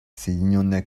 соединенное